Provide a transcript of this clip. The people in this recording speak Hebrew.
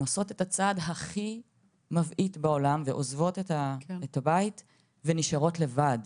עושות את הצעד הכי מבעית בעולם ועוזבות את הבית ונשארות לבד,